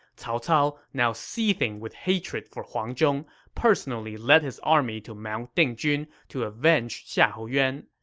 cao cao, now seething with hatred for huang zhong, personally led his army to mount dingjun to avenge xiahou yuan.